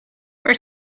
our